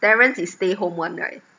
terence is stay home one right